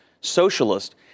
socialist